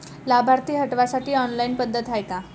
लाभार्थी हटवासाठी ऑनलाईन पद्धत हाय का?